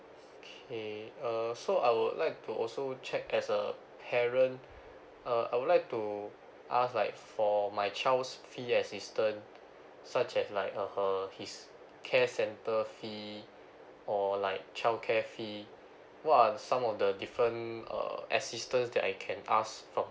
okay uh so I would like to also check as a parent uh I would like to ask like for my child's fee assistant such as like uh his care center fee or like childcare fee what are some of the different uh assistance that I can pass from